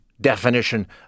definition